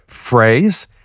phrase